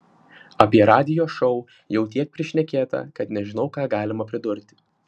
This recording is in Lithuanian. apie radijo šou jau tiek prišnekėta kad nežinau ką galima pridurti